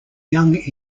young